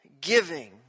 giving